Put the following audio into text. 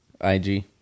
IG